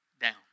down